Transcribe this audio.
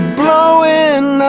blowing